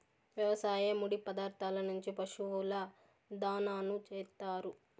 వ్యవసాయ ముడి పదార్థాల నుంచి పశువుల దాణాను చేత్తారు